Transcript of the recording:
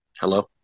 Hello